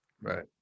Right